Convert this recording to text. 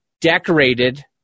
decorated